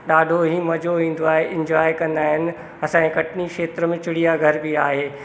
ॾाढो ई मजो ईंदो आहे इंजॉय कंदा आहिनि असांजे कटनी खेत्र में चिड़िया घर बि आहे